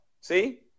See